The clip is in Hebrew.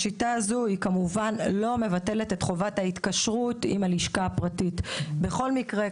שיטה זו לא מבטלת את חובת ההתקשרות עם הלשכה הפרטית; בכל מקרה,